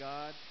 God